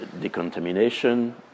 decontamination